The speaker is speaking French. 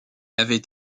avait